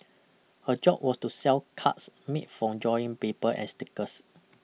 her job was to sell cards made from drawing paper and stickers